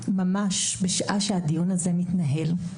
ממש בשעה שהדיון הזה מתנהל,